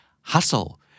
hustle